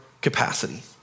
capacity